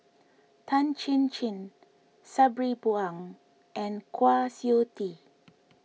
Tan Chin Chin Sabri Buang and Kwa Siew Tee